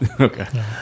Okay